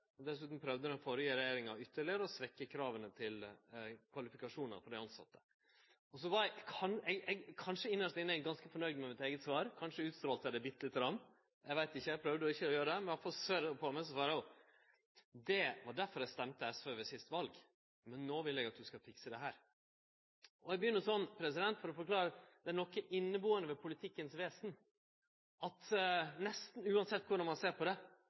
prøvde den førre regjeringa å svekkje krava til kvalifikasjonar for dei tilsette ytterlegare. Så var eg kanskje inst inne ganske fornøgd med mitt eige svar, kanskje utstrålte eg det bitte lite grann – eg veit ikkje, eg prøvde ikkje å gjere det. Men iallfall såg ho på meg, og så svara ho: Det var derfor eg stemde SV ved siste valet, men no vil eg at du skal fikse dette. Eg begynner sånn for å forklare at det er noko ibuande ved politikkens vesen at nesten same korleis ein ser på det,